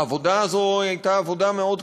העבודה הזאת הייתה עבודה מאוד קשה.